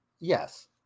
yes